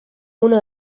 uno